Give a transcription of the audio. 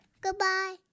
Goodbye